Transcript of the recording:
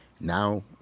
Now